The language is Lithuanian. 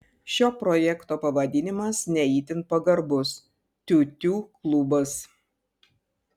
šio projekto pavadinimas ne itin pagarbus tiutiū klubas